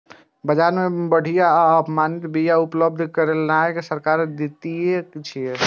बाजार मे बढ़िया आ प्रमाणित बिया उपलब्ध करेनाय सरकारक दायित्व छियै